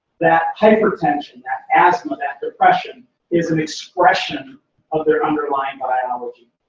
that hypertension, that asthma, that depression, is an expression of their underlying biology.